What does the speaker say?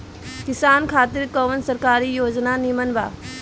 किसान खातिर कवन सरकारी योजना नीमन बा?